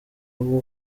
uwo